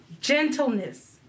gentleness